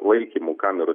laikymo kamerų